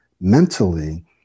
mentally